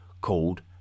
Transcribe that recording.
called